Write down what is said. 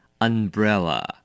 umbrella